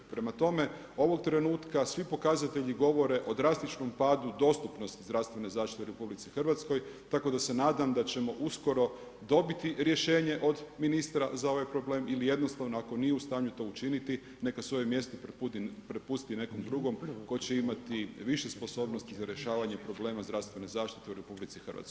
Prema tome, ovog trenutka svi pokazatelji govore o drastičnom padu dostupnosti zdravstvene zaštite u RH tako da se nadam da ćemo uskoro dobiti rješenje od ministra za ovaj problem ili jednostavno ako nije u stanju to učiniti neka svoje mjesto prepusti nekom drugom tko će imati više sposobnosti za rješavanje problema zdravstvene zaštite u RH.